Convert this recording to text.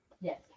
yes